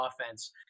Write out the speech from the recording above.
offense